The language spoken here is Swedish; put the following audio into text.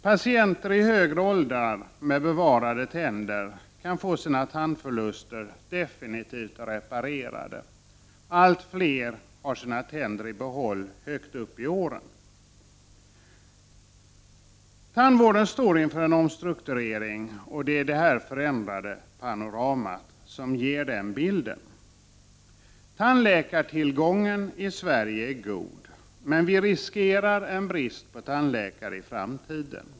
Äldre patienter med bevarade tänder kan få sina tandförluster definitivt reparerade. Allt fler har sina tänder i behåll högt upp i åren. Tandvården står inför en omstrukturering, och det är detta förändrade panorama som ger denna bild. Tandläkartillgången i Sverige är god, men vi riskerar en brist på tandläkare i framtiden.